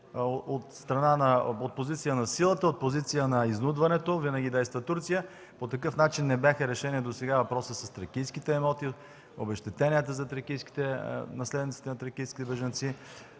на позиция на силата, от позицията на изнудването винаги действа Турция. По такъв начин не бяха решени досега въпросът с тракийските имоти, за обезщетенията за наследниците на тракийските бежанци.